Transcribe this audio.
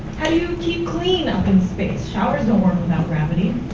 how you keep clean up in space? showers don't work without gravity.